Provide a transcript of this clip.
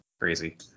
crazy